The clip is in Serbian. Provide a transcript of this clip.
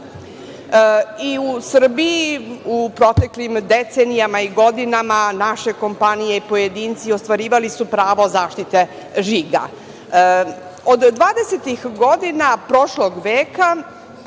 Srbiji u proteklim decenijama i godinama naše kompanije i pojedinci ostvarili su pravo zaštite žiga. Od dvadesetih godina prošlog veka